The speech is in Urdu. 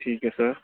ٹھیک ہے سر